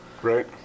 Right